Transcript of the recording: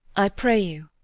i pray you.